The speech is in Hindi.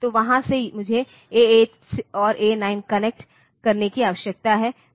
तो वहां से मुझे A 8 और A 9 कनेक्ट करने की आवश्यकता है